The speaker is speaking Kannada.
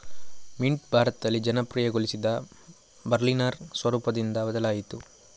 ಮಿಂಟ್ ಭಾರತದಲ್ಲಿ ಜನಪ್ರಿಯಗೊಳಿಸಿದ ಬರ್ಲಿನರ್ ಸ್ವರೂಪದಿಂದ ಬದಲಾಯಿತು